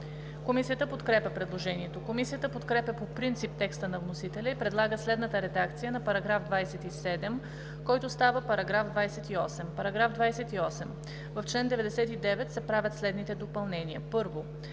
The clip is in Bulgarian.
Комисията подкрепя предложението. Комисията подкрепя по принцип текста на вносителя и предлага следната редакция на § 11, който става § 12: „§ 12. В чл. 23 се правят следните допълнения: 1.